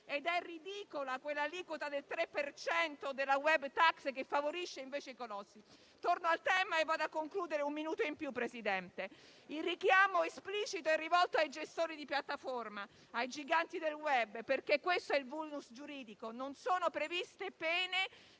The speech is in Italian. ed è ridicola quell'aliquota del 3 per cento della *web tax* che invece li favorisce. Torno al tema e vado a concludere, chiedendole un minuto in più, Presidente. Il richiamo esplicito è rivolto ai gestori di piattaforma, ai giganti del *web*, perché questo è il *vulnus* giuridico: non sono previste pene